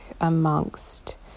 amongst